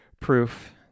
proof